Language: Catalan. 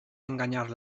enganyar